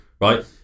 right